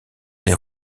les